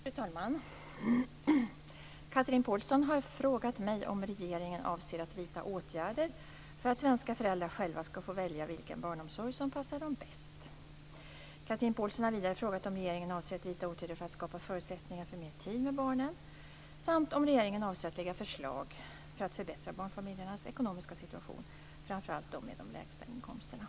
Fru talman! Chatrine Pålsson har frågat mig om regeringen avser att vidta åtgärder för att svenska föräldrar själva skall få välja vilken barnomsorg som passar dem bäst. Chatrine Pålsson har vidare frågat om regeringen avser att vidta åtgärder för att skapa förutsättningar för mer tid med barnen samt om regeringen avser att lägga fram förslag för att förbättra barnfamiljernas ekonomiska situation, framför allt för dem med de lägsta inkomsterna.